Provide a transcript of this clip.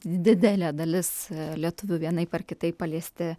didelė dalis lietuvių vienaip ar kitaip paliesti